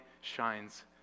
shines